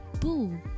boo